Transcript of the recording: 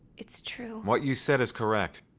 it's true. what you said is correct.